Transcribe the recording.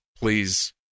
please